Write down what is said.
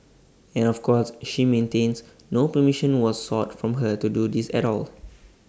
and of course she maintains no permission was sought from her to do this at all